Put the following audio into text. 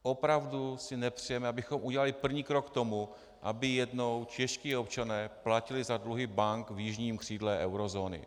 Opravdu si nepřejeme, abychom udělali první krok k tomu, aby jednou čeští občané platili za dluhy bank v jižním křídle eurozóny.